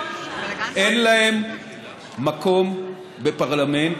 אין להן מקום בפרלמנט.